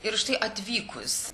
ir štai atvykus